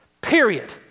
Period